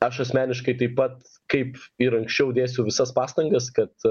aš asmeniškai taip pat kaip ir anksčiau dėsiu visas pastangas kad